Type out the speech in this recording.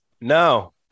no